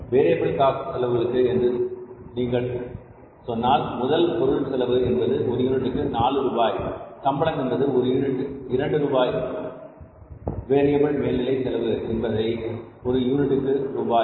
variable cost செலவுகளுக்கு என்று நீங்கள் சொன்னால் முதலில் பொருள் செலவு என்பது ஒரு யூனிட்டுக்கு 4 ரூபாய் சம்பளம் என்பது ஒரு யூனிட்டிற்கு இரண்டு ரூபாய் வேரியபில் மேல்நிலை செலவு என்பது ஒரு யூனிட்டுக்கு 3 ரூபாய்